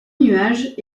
nuages